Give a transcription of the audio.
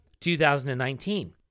2019